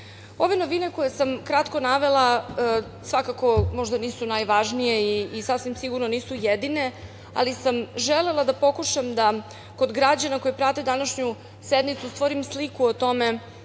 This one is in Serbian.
novine koje sam kratko navela, svakako možda nisu najvažnije i sasvim sigurno nisu jedine, ali sam želela da pokušam da kod građana koji prate današnju sednicu stvorim sliku o tome